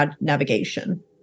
navigation